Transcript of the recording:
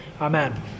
amen